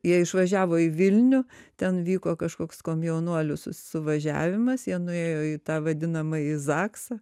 jie išvažiavo į vilnių ten vyko kažkoks komjaunuolių suvažiavimas jie nuėjo į tą vadinamąjį zaksą